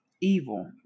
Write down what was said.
evil